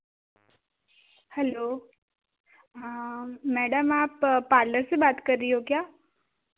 hello madam आप parlour से बात कर रही हो क्या